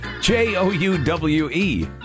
J-O-U-W-E